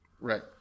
Right